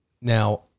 Now